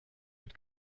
mit